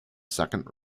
second